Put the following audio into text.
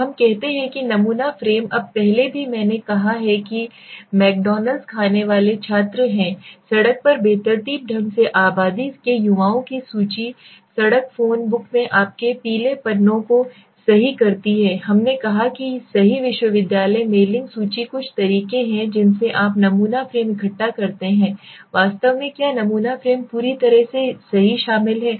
तो हम कहते हैं कि नमूना फ्रेम अब पहले भी मैंने कहा है कि मैकडॉनल्ड्स खाने वाले छात्र हैं सड़क पर बेतरतीब ढंग से आबादी के युवाओं की सूची सड़क फोन बुक में आपके पीले पन्नों को सही करती है हमने कहा कि सही विश्वविद्यालय मेलिंग सूची कुछ तरीके हैं जिनसे आप नमूना फ्रेम इकट्ठा करते हैं वास्तव में क्या नमूना फ्रेम पूरी तरह से सही शामिल है